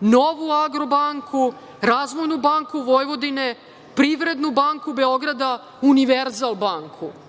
„Novu Agro banku“, „Razvojnu banku Vojvodine“, „Privrednu banku Beograda“, „Univerzal banku“,